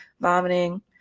vomiting